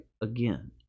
again